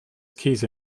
käse